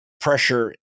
pressure